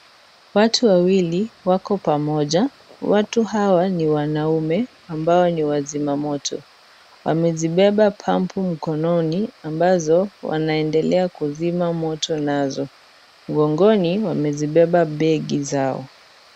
Watu wawili, wako pamoja. Watu hawa ni wanaume, ambao ni wazima moto. Wamezibeba pump mkononi ambazo, wanaendelea kuzima moto nazo. Mgongoni wamezibeba begi zao.